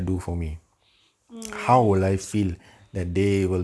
mm